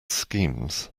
schemes